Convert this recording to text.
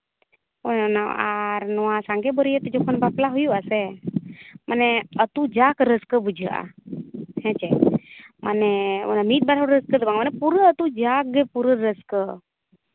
ᱚᱱᱮ ᱚᱱᱟ ᱟᱨ ᱱᱚᱣᱟ ᱥᱟᱸᱜᱮ ᱵᱟᱹᱨᱭᱟᱹᱛ ᱡᱚᱠᱷᱚᱱ ᱵᱟᱯᱞᱟ ᱦᱩᱭᱩᱜ ᱟᱥᱮ ᱢᱟᱱᱮ ᱟᱛᱳ ᱡᱟᱸᱠ ᱨᱟᱹᱥᱠᱟᱹ ᱵᱩᱡᱷᱟᱹᱜᱼᱟ ᱦᱮᱸ ᱪᱮ ᱢᱟᱱᱮ ᱢᱤᱫ ᱵᱟᱨ ᱦᱚᱲ ᱨᱟᱹᱥᱠᱟᱹ ᱫᱚ ᱵᱟᱝ ᱢᱟᱱᱮ ᱯᱩᱨᱟᱹ ᱟᱛᱳ ᱡᱟᱸᱠ ᱜᱮ ᱯᱩᱨᱟᱹ ᱨᱟᱹᱥᱠᱟᱹ